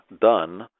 done